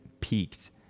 peaked